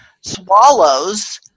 swallows